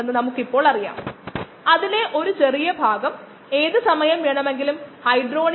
IR spectroscopy infrared spectroscopy IRനടുത്തുള്ളതുമായി ബന്ധപ്പെട്ട എന്തെങ്കിലും നമ്മൾ സംസാരിച്ചിരുന്നു